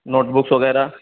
note books وغیرہ